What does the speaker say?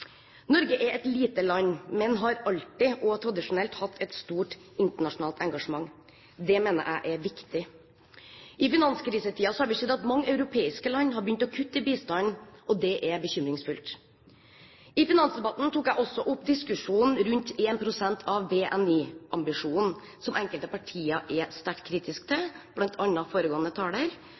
Norge er et lite land, men har alltid og tradisjonelt hatt et stort internasjonalt engasjement. Det mener jeg er viktig. I finanskrisetiden har vi sett at mange europeiske land har begynt å kutte i bistanden, og det er bekymringsfullt. I finansdebatten tok jeg også opp diskusjonen rundt 1 pst. av BNI-ambisjonen, som enkelte partier er sterkt kritisk til, bl.a. foregående taler.